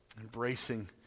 embracing